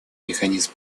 механизм